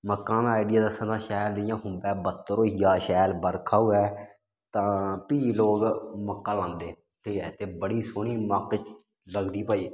मक्कां दां में आइडिया दस्सां ते शैल इ'यां खुम्बैं बत्तर होई जा शैल बरखा होऐ तां फ्ही लोक मक्कां लांदे ते इत्तै बड़ी सोह्नी मक्क लगदी भई